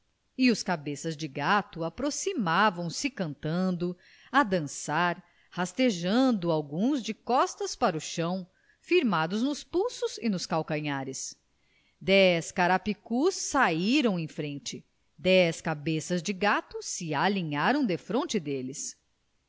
e os cabeças de gato aproximavam-se cantando a dançar rastejando alguns de costas para o chão firmados nos pulsos e nos calcanhares dez carapicus saíram em frente dez cabeças de gato se alinharam defronte deles